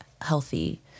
healthy